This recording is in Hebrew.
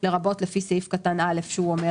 לרבות לפי סעיף קטן (א)" שהוא אומר